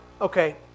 okay